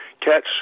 catch